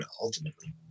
ultimately